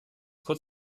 kurz